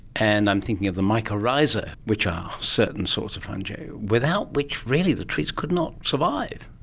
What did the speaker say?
and i'm thinking of the mycorrhiza which are certain sorts of fungi, without which really the trees could not survive.